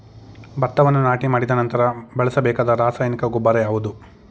ಭತ್ತವನ್ನು ನಾಟಿ ಮಾಡಿದ ನಂತರ ಬಳಸಬೇಕಾದ ರಾಸಾಯನಿಕ ಗೊಬ್ಬರ ಯಾವುದು?